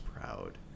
proud